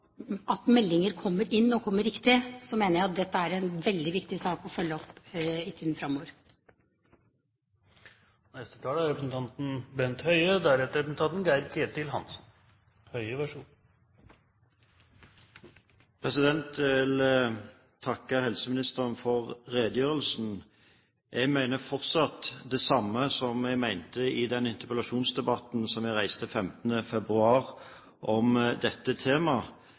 at meldinger kommer inn og kommer riktig, mener jeg at dette er en veldig viktig sak å følge opp i tiden framover. Jeg vil takke helseministeren for redegjørelsen. Jeg mener fortsatt det samme som jeg mente i den interpellasjonsdebatten som jeg reiste 2. mars om dette temaet,